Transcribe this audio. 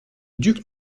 duc